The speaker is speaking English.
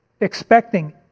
expecting